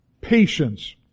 patience